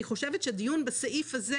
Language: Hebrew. דיון בסעיף הזה,